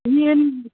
ꯌꯦꯟ